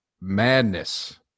madness